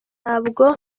ntabwo